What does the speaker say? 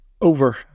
Over